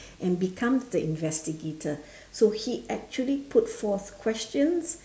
and becomes the investigator so he actually puts forth questions